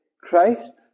Christ